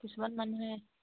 কিছুমান মানুহে